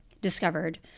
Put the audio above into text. discovered